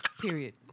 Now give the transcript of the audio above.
Period